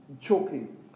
choking